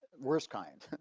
worst kind.